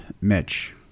Mitch